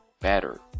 better